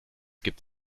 gibt